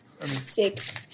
Six